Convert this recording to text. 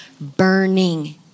burning